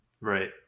Right